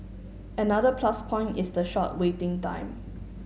another plus point is the short waiting time